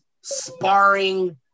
sparring